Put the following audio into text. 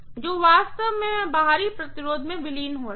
जो वास्तव में मैं बाहरी रेजिस्टेंस में विलीन हो रहा था